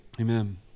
Amen